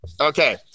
Okay